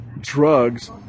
drugs